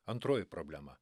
antroji problema